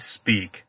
speak